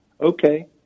Okay